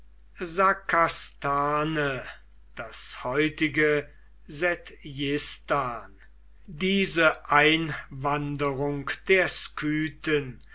sakerland sakastane das heutige sedjistan diese einwanderung der skythen